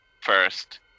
first